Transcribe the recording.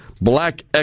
Black